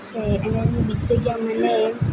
છે અને એની બીજી જગ્યા મને